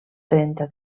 trenta